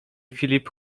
filip